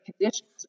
conditions